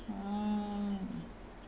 orh